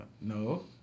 No